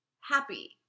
happy